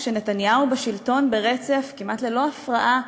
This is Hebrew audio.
כשנתניהו בשלטון ברצף כמעט ללא הפרעה,